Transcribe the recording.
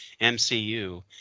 mcu